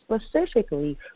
specifically